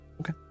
Okay